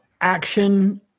action